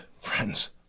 friends